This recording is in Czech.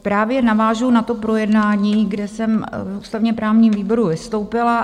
Právě navážu na to projednání, kde jsem v ústavněprávním výboru vystoupila.